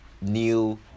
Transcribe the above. new